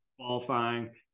qualifying